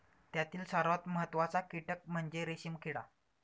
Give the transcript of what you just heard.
त्यातील सर्वात महत्त्वाचा कीटक म्हणजे रेशीम किडा